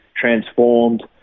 transformed